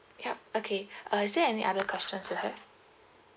yup okay uh is there any other questions you have